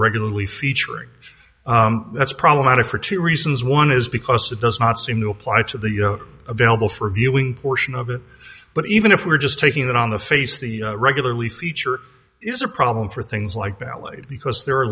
regularly featuring that's problematic for two reasons one is because it does not seem to apply to the available for viewing portion of it but even if we're just taking it on the face the regularly feature is a problem for things like ballet because there are